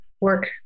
work